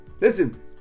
Listen